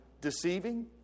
deceiving